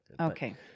Okay